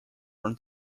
from